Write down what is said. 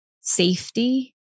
safety